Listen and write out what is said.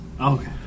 Okay